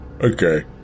Okay